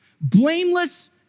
Blameless